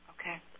Okay